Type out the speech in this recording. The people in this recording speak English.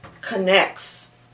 connects